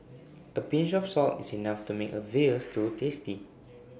A pinch of salt is enough to make A Veal Stew tasty